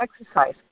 exercise